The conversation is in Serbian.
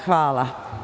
Hvala.